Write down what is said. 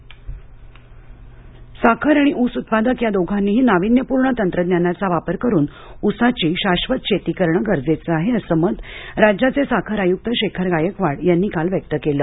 चर्चासत्र साखर आणि ऊस उत्पादक या दोघांनीही नाविन्यपूर्ण तंत्रज्ञानाचा वापर करुन उसाची शाधत शेती करण गरजेचे आहे असे मत राज्याचे साखर आयुक्त शेखर गायकवाड यांनी काल व्यक्त केलं